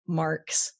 marks